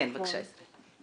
בבקשה.